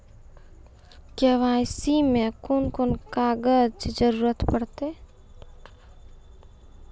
KYC मे कून कून कागजक जरूरत परतै?